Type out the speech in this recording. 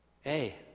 Hey